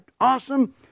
awesome